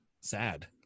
sad